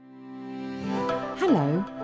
Hello